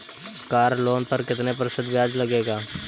Car loan पर कितने प्रतिशत ब्याज लगेगा?